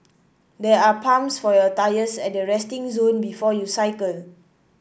there are pumps for your tyres at the resting zone before you cycle